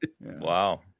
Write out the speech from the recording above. Wow